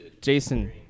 Jason